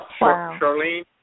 Charlene